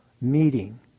meeting